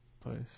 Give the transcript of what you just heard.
place